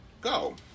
go